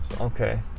Okay